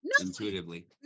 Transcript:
intuitively